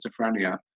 schizophrenia